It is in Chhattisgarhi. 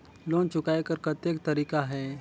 लोन चुकाय कर कतेक तरीका है?